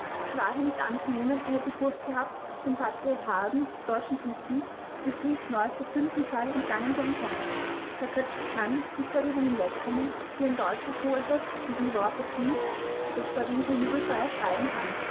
ich wage nicht anzunehmen er hätte furcht gehabt den patriotarden der deutschen politik hätte frieds neuester sündenfall entgangen sein können herr kötschke kann nicht darüber hinwegkommen wie ein deutscher so etwas wie die worte frieds über die pariser jubelfeier schreiben kann